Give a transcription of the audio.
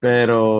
Pero